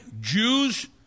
Jews